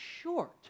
short